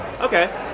Okay